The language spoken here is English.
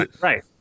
right